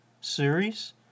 Series